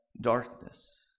darkness